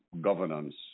governance